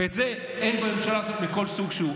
ואת זה אין בממשלה הזאת מכל סוג שהוא.